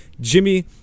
Jimmy